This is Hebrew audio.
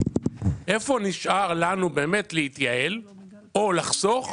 איפה נשאר לנו להתייעל או לחסוך?